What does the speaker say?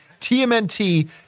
TMNT